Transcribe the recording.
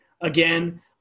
again